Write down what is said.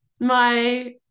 my-